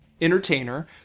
entertainer